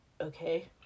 okay